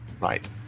Right